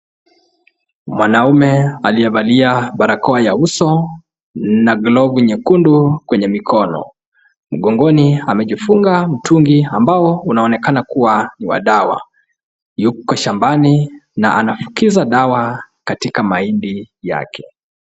Mwanaume aliyevalia barakoa ya uso na glovu nyekundu kwenye mikono. Mgongoni amejifunga mtungi ambao unaonekana kuwa ni wa dawa. Yuko shambani na anafukiza dawa katika mahindi yake.